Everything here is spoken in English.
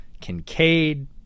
Kincaid